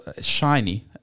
shiny